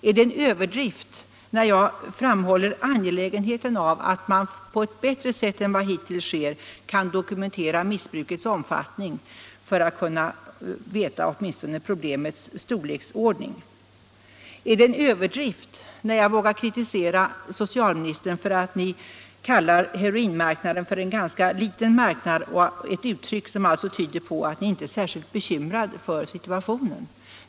Är det en överdrift när jag framhåller angelägenheten av att man på ett bättre sätt än som hittills sker kan dokumentera missbrukets omfattning, så att man åtminstone kan bedöma problemens storleksordning? Är det en överdrift när jag vågar kritisera socialministern för att han kallar heroinmarknaden för en ganska liten marknad, ett uttryck som tyder på att han inte är särskilt bekymrad för situationen?